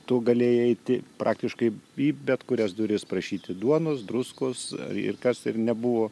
tu galėjai eiti praktiškai į bet kurias duris prašyti duonos druskos ir kas ir nebuvo